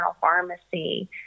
pharmacy